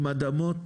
עם אדמות